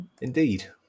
Indeed